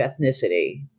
ethnicity